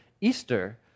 Easter